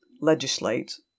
legislate